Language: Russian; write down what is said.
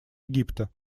египта